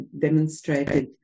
demonstrated